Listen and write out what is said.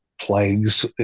plagues